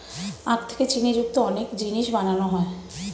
আখ থেকে চিনি যুক্ত অনেক জিনিস বানানো হয়